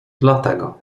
dlatego